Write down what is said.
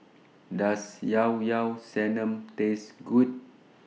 Does Llao Llao Sanum Taste Good